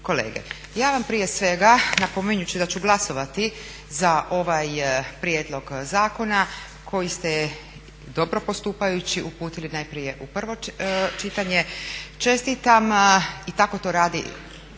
Ja vam prije svega, napominjući da ću glasovati za ovaj prijedlog zakona koji ste dobro postupajući uputili najprije u prvo čitanje, čestitam i tako to radi